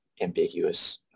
ambiguous